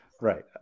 right